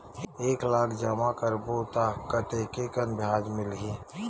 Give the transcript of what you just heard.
एक लाख जमा करबो त कतेकन ब्याज मिलही?